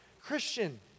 Christian